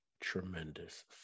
tremendous